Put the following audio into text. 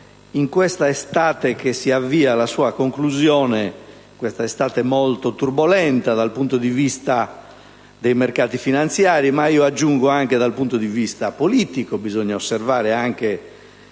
Questa estate che si avvia a conclusione è stata molto turbolenta dal punto di vista dei mercati finanziari, ma aggiungo anche dal punto di vista politico: bisogna osservare che